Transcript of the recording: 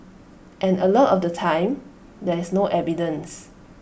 and A lot of the time there is no evidence